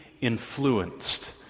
influenced